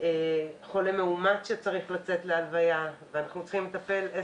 חולה מאומת שצריך לצאת להלוויה ואנחנו צריכים לטפל במהירות